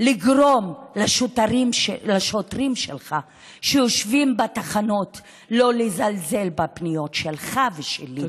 לגרום לשוטרים שלך שיושבים בתחנות לא לזלזל בפניות שלך ושלי,